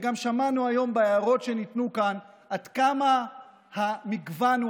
וגם שמענו היום בהערות שניתנו כאן עד כמה המגוון הוא